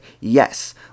Yes